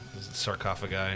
sarcophagi